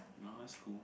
now it's cool